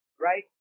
right